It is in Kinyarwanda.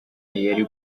yari